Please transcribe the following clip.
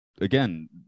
again